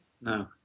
No